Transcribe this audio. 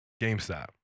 GameStop